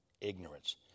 ignorance